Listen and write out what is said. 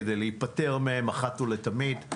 כדי להפטר מהם אחת ולתמיד.